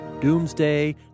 doomsday